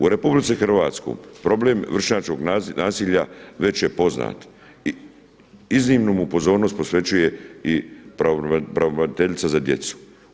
U RH problem vršnjačkog nasilja već je poznat, iznimnu mu pozornost posvećuje i pravobraniteljica za djecu.